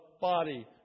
body